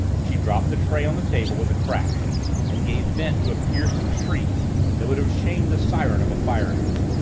she dropped the tray on the table with a crash and gave vent to a piercing shriek that would have shamed the siren of a fire engine.